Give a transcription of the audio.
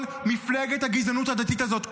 כל מפלגת הגזענות הדתית הזאת,